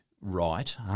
right